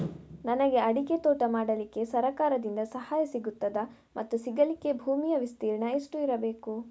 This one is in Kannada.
ನನಗೆ ಅಡಿಕೆ ತೋಟ ಮಾಡಲಿಕ್ಕೆ ಸರಕಾರದಿಂದ ಸಹಾಯ ಸಿಗುತ್ತದಾ ಮತ್ತು ಸಿಗಲಿಕ್ಕೆ ಭೂಮಿಯ ವಿಸ್ತೀರ್ಣ ಎಷ್ಟು ಇರಬೇಕು?